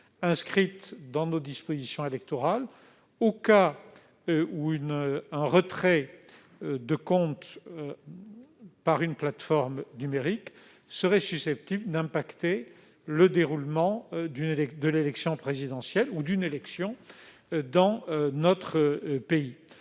inscrite dans nos dispositions électorales au cas où un retrait de compte par une plateforme numérique serait susceptible d'impacter le déroulement de l'élection présidentielle ou d'une autre élection dans notre pays.